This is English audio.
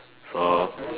so